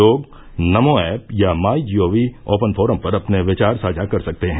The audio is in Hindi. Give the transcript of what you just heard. लोग नमो ऐप या माईजीओवी ओपन फोरम पर अपने विचार साझा कर सकते हैं